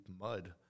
mud